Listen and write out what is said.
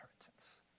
inheritance